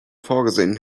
vorgesehen